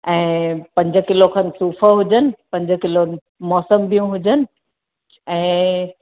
ऐं पंज किलो खनि सूफ हुजनि पंज किलो मौसंबियूं हुजनि ऐं